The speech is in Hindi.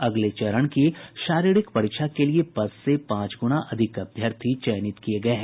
अगले चरण की शारीरिक परीक्षा के लिये पद से पांच गूणा अधिक अभ्यर्थी चयनित किये गये हैं